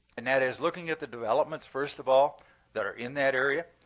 and that is, looking at the developments first of all that are in that area,